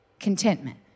contentment